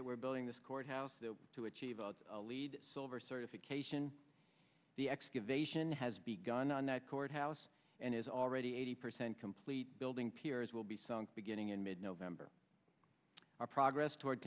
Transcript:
that we're building this courthouse there to achieve a lead silver certification the excavation has begun on that courthouse and is already eighty percent complete building piers will be sunk beginning in mid november our progress toward